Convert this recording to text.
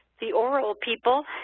the aural people,